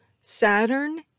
Saturn